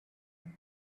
and